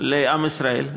לעם ישראל,